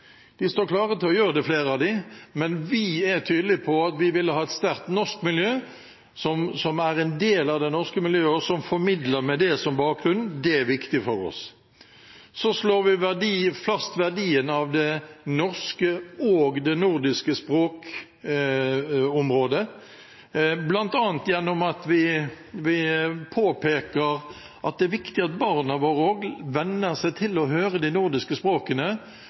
står klare til å gjøre det. Men vi er tydelige på at vi vil ha et sterkt norsk miljø, som er en del av det norske miljøet, og som formidler med det som bakgrunn. Det er viktig for oss. Så slår vi fast verdien av det norske og det nordiske språkområdet, bl.a. gjennom at vi påpeker at det er viktig at barna våre også venner seg til å høre de nordiske språkene